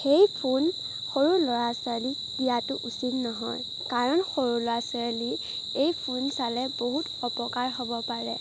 সেই ফোন সৰু ল'ৰা ছোৱালীক দিয়াতো উচিত নহয় কাৰণ সৰু ল'ৰা ছোৱালী এই ফোন চালে বহুত অপকাৰ হ'ব পাৰে